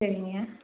சரிங்க